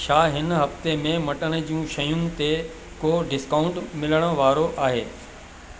छा हिन हफ़्ते में मटन जूं शयूं ते को डिस्काऊंट मिलण वारो आहे